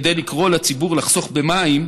כדי לקרוא לציבור לחסוך במים,